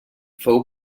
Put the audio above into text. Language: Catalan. fou